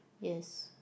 yes